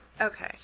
Okay